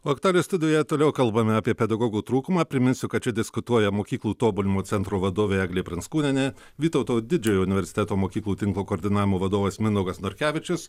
o aktualijų studijoje toliau kalbame apie pedagogų trūkumą priminsiu kad čia diskutuoja mokyklų tobulinimo centro vadovė eglė pranckūnienė vytauto didžiojo universiteto mokyklų tinklo koordinavimo vadovas mindaugas norkevičius